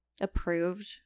approved